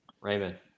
Raymond